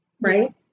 right